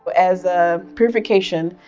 as a purification,